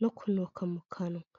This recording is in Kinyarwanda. no kunuka mu kanwa.